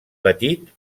petit